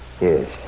Yes